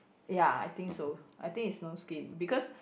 ya I think so I think is snow skin because